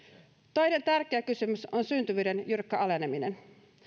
toinen tärkeä kysymys on syntyvyyden jyrkkä aleneminen